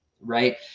right